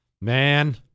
man